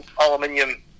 aluminium